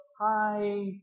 hi